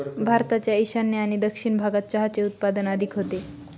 भारताच्या ईशान्य आणि दक्षिण भागात चहाचे उत्पादन अधिक होते